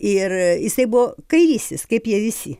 ir jisai buvo kairysis kaip jie visi